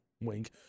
wink